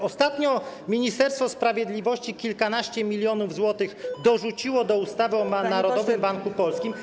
Ostatnio Ministerstwo Sprawiedliwości kilkanaście milionów złotych dorzuciło do ustawy o Narodowym Banku Polskim.